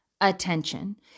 attention